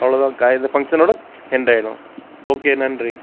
அவ்வளோதான் க இந்த ஃபங்க்ஷனோட எண்டாயிடும் ஒகே நன்றி